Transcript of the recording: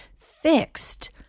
fixed